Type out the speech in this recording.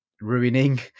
ruining